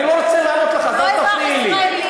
אני לא רוצה לענות לך, אז אל תפריעי לי.